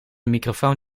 microfoon